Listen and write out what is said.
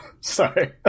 sorry